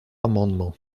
amendement